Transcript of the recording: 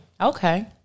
Okay